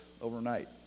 overnight